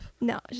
No